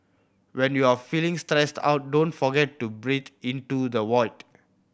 when you are feeling stressed out don't forget to breathe into the void